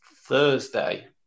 Thursday